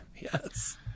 Yes